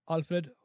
Alfred